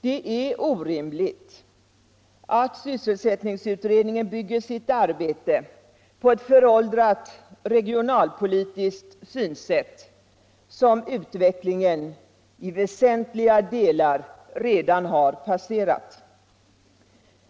Det är orimligt att sysselsättningsutredningen bygger sitt arbete på ett föråldrat regionalpolitiskt synsätt som utvecklingen i väsentliga delar redan har passerat.